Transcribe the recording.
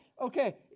okay